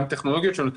גם טכנולוגיות שונות,